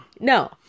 No